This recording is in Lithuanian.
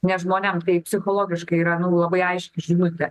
nes žmonėm tai psichologiškai yra labai aiški žinutė